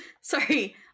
Sorry